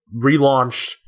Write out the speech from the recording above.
relaunched